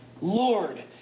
Lord